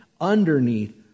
underneath